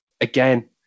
again